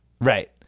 Right